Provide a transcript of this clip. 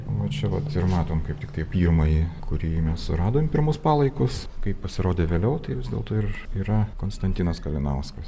va čia vat ir matom kaip tiktai pirmąjį kurį mes suradom pirmus palaikus kaip pasirodė vėliau tai vis dėlto ir yra konstantinas kalinauskas